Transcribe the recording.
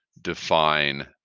define